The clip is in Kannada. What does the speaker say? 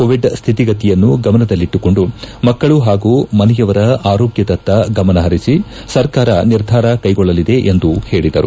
ಕೋವಿಡ್ ಸ್ಹಿತಿಗತಿಯನ್ನು ಗಮನದಲ್ಲಿಟ್ಲುಕೊಂಡು ಮಕ್ಕಳ ಹಾಗೂ ಮನೆಯವರ ಆರೋಗ್ಲದತ್ತ ಗಮನ ಹರಿಸಿ ಸರ್ಕಾರ ನಿರ್ಧಾರ ಕೈಗೊಳ್ಳಲಿದೆ ಎಂದು ಹೇಳಿದರು